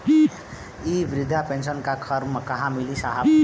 इ बृधा पेनसन का फर्म कहाँ मिली साहब?